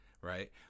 right